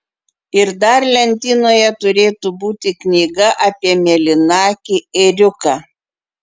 ir dar lentynoje turėtų būti knyga apie mėlynakį ėriuką